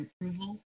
approval